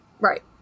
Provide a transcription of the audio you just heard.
Right